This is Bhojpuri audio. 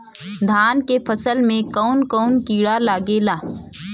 धान के फसल मे कवन कवन कीड़ा लागेला?